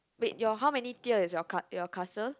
wait your how many tier is your ca~ your castle